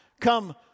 come